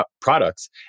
products